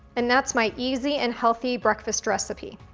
and that's my easy and healthy breakfast recipe.